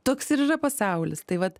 toks ir yra pasaulis tai vat